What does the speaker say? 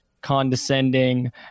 condescending